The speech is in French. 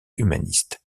humaniste